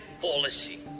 policy